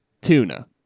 Tuna